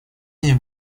меня